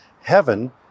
Heaven